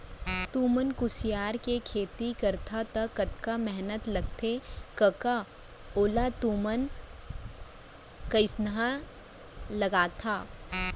तुमन कुसियार के खेती करथा तौ कतका मेहनत लगथे कका ओला तुमन कइसना लगाथा